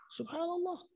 subhanAllah